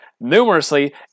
numerously